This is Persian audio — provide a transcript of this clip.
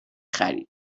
خریدیم